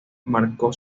marcó